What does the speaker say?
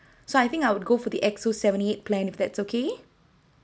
so I think I'll go for the X_O seventy-eight plan is that okay